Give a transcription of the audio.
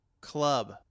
club